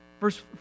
Verse